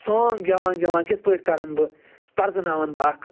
song گٮ۪وان گٮ۪وان کِتھ پٲٹھۍ کَرَن بہٕ پرزٕناوَن بہٕ اکھ